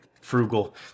frugal